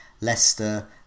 Leicester